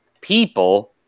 people